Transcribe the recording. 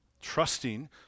trusting